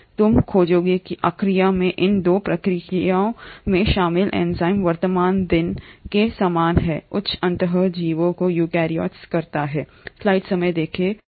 तुम खोजो कि आर्किया में इन 2 प्रक्रियाओं में शामिल एंजाइम वर्तमान दिन के समान हैं उच्च अंत जीवों को यूकेरियोट करता है